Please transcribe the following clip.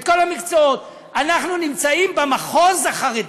את כל המקצועות, אנחנו נמצאים במחוז החרדי.